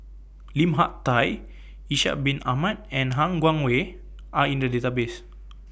Lim Hak Tai Ishak Bin Ahmad and Han Guangwei Are in The Database